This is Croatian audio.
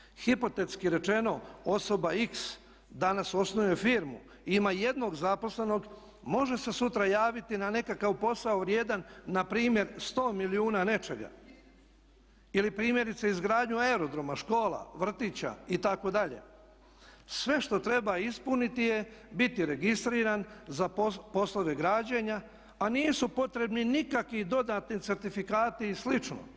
Primjer 5, hipotetski rečeno osoba X danas osnuje firmu, ima jednog zaposlenog, može se sutra javiti na nekakav posao vrijedan npr. 100 milijuna nečega ili primjerice izgradnju aerodroma, škola, vrtića itd., sve što treba ispuniti je biti registriran za poslove građenja a nisu potrebni nikakvi dodatni certifikati i slično.